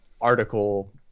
article